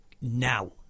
now